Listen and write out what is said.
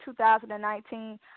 2019